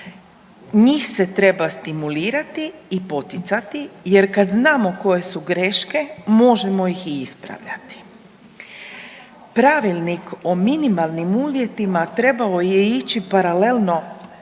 Njim se treba stimulirati i poticati jer kad znamo koje su greške možemo ih i ispravljati. Pravilnik o minimalnim uvjetima trebao je ići paralelno sa